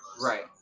right